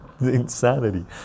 insanity